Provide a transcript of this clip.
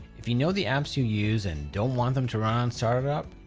if you know the apps you use and don't want them to run on start up,